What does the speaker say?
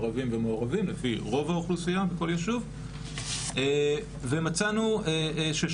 ערבים ומעורבים לפי רוב האוכלוסייה בכל יישוב ומצאנו ששכיחות